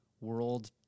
world